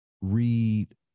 read